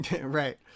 Right